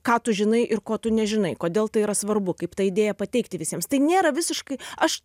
ką tu žinai ir ko tu nežinai kodėl tai yra svarbu kaip tą idėją pateikti visiems tai nėra visiškai aš